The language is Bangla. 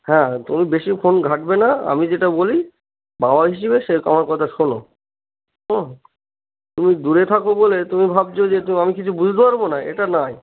হ্যাঁ তুমি বেশি ফোন ঘাটবে না আমি যেটা বলি বাবা হিসবে সে আমামার কথা শোনো হ তুমি দূরে থাকো বলে তুমি ভাবছো যে তুমি আমি কিছু বুঝতে পারবো না এটা নাই